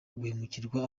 guhemukirwa